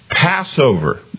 Passover